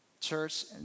Church